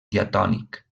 diatònic